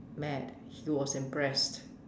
mad he was impressed